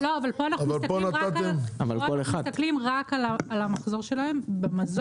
לא אבל פה אנחנו מסתכלים רק על המחזור שלהם במזון,